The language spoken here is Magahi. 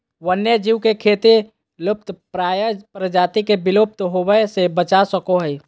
वन्य जीव के खेती लुप्तप्राय प्रजाति के विलुप्त होवय से बचा सको हइ